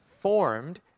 formed